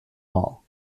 all